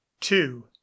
two